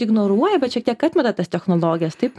ignoruoja bet šiek tiek atmeta tas technologijas taip